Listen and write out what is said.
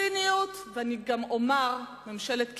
ציניות, ואני גם אומר ממשלת קיפאון,